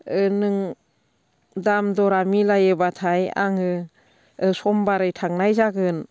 नों दाम दरा मिलायोबाथाय आङो समबारै थांनाय जागोन